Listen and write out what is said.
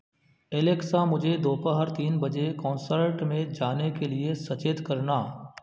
Alexa मुझे दोपहर तीन बजे कॉन्सर्ट में जाने के लिए सचेत करना